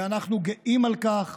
ואנחנו גאים בכך.